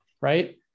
right